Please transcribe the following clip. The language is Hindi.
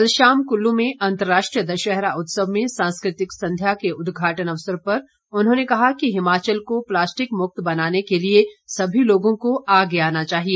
कल शाम कुल्लू में अंतर्राष्ट्रीय दशहरा उत्सव में सांस्कृतिक संध्या के उद्घाटन अवसर पर उन्होंने कहा कि हिमाचल को प्लास्टिक मुक्त बनाने के लिए समी लोगों को आगे आना चाहिए